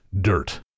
dirt